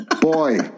Boy